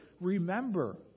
remember